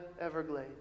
Everglades